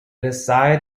decide